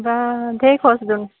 বা ঢেৰ খৰচচোন